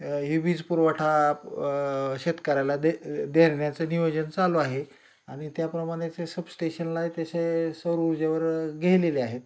ही वीजपुरवठा शेतकऱ्याला दे देण्याचं नियोजन चालू आहे आणि त्याप्रमाने ते सबस्टेशनला त्या शे सौरऊर्जावर गेलेले आहेत